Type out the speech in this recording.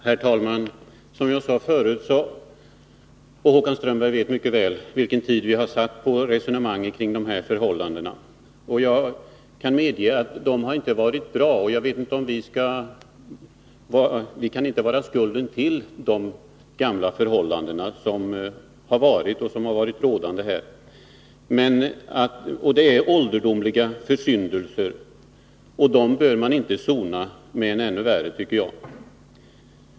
Herr talman! Håkan Strömberg vet mycket väl vilken tid vi har avsatt för resonemang kring de här frågorna. Jag kan medge att rådande förhållanden inte är bra och att vi inte är skuld till dem. Här är det fråga om försyndelser som ligger långt tillbaka i tiden, men dem bör man inte sona med en ännu värre sådan, tycker jag.